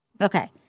Okay